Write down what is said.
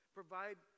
provide